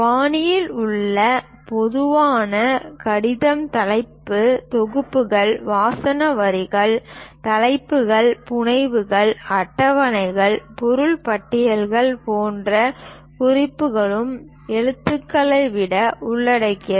பாணியில் உள்ள பொதுவான கடிதம் தலைப்பு தொகுதிகள் வசன வரிகள் தலைப்புகள் புனைவுகள் அட்டவணைகள் பொருள் பட்டியல்கள் போன்ற குறிப்புகளுக்கு எழுதுவதை உள்ளடக்கியது